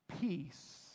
peace